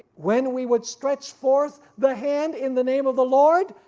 when we would stretch forth the hand in the name of the lord,